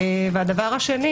שנית,